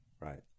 Right